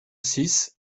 six